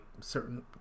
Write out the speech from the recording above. certain